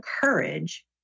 courage